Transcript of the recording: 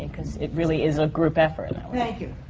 because it really is a group effort that way. thank you.